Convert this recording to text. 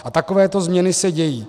A takovéto změny se dějí.